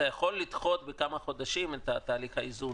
אתה יכול לדחות בכמה חודשים את תהליך האיזון